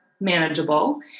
manageable